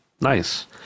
Nice